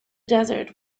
desert